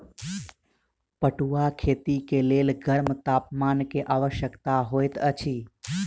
पटुआक खेती के लेल गर्म तापमान के आवश्यकता होइत अछि